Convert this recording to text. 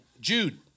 Jude